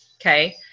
Okay